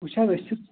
وُچھ حظ أسۍ چھِ